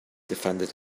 defended